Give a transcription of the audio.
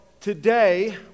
today